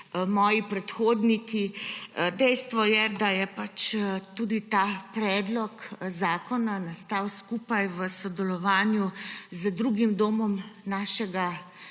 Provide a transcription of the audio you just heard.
moji predhodniki. Dejstvo je, da je tudi ta predlog zakona nastal skupaj v sodelovanju z drugim domom našega